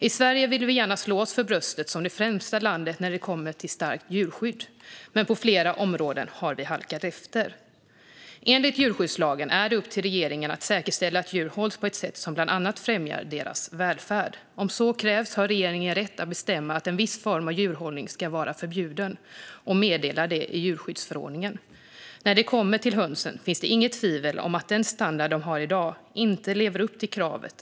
I Sverige vill vi gärna slå oss för bröstet som det främsta landet när det kommer till starkt djurskydd, men på flera områden har vi halkat efter. Enligt djurskyddslagen är det upp till regeringen att säkerställa att djur hålls på ett sätt som bland annat främjar deras välfärd. Om så krävs har regeringen rätt att bestämma att en viss form av djurhållning ska vara förbjuden och meddela det i djurskyddsförordningen. När det kommer till hönsen finns det inget tvivel om att den standard de har i dag inte lever upp till kraven.